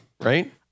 right